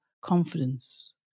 confidence